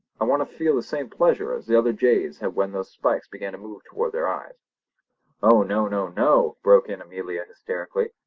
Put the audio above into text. i want to feel the same pleasure as the other jays had when those spikes began to move toward their eyes oh no! no! no broke in amelia hysterically.